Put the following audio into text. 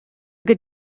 good